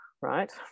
right